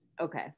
Okay